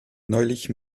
neulich